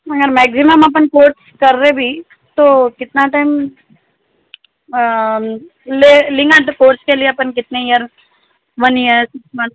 مگر میگزیمم اپن کورس کر رہے بھی تو کتنا ٹائم لے لینا تو کورس کے لیے اپن کتنی year one year six month